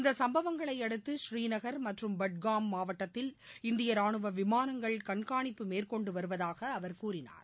இந்த சும்பவங்களையடுத்து ஸ்ரீநகர் மற்றும் பட்காம் மாவட்டத்தில் இந்திய ரானுவ விமானங்கள் கண்காணிப்பு மேற்கொண்டு வருவதாக அவர் கூறினார்